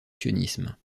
sionisme